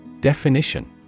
Definition